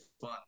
fun